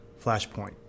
Flashpoint